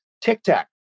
Tic-tac